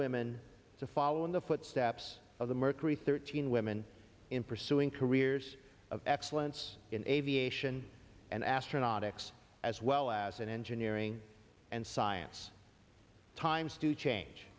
women to follow in the footsteps of the mercury thirteen women in pursuing careers of excellence in aviation and astronautics as well as in engineering and science times to change